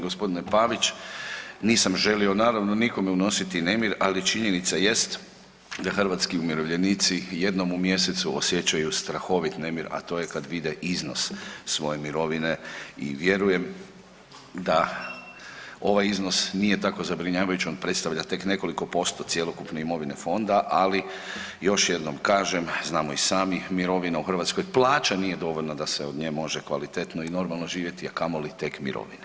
Evo poštovani g. Pavić nisam želio naravno nikome unositi nemir, ali činjenica jest da hrvatski umirovljenici jednom u mjesecu osjećaju strahovit nemir, a to je kad vide iznose svoje mirovine i vjerujem da ovaj iznos nije tako zabrinjavajućom, on predstavlja tek nekoliko posto cjelokupne imovine fonda, ali još jednom kažem, znamo i sami, mirovina u Hrvatskoj, plaća nije dovoljna da se od nje može kvalitetno i normalno živjeti, a kamoli tek mirovine.